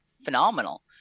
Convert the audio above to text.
phenomenal